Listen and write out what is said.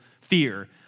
fear